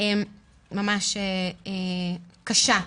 ממש קשה: